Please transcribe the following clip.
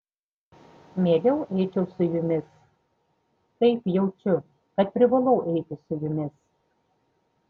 mieliau eičiau su jumis taip jaučiu kad privalau eiti su jumis